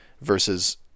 versus